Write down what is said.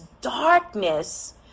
darkness